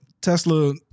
Tesla